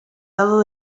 lado